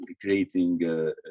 creating